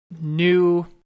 new